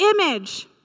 image